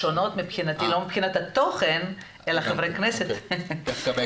שונות מבחינת, לא מבחינת התוכן, אלא חברי הכנסת.